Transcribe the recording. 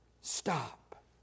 stop